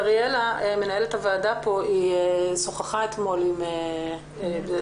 אריאלה מנהלת הוועדה שוחחה עם לשכת